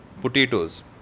potatoes